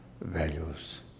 values